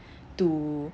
to